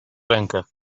rękę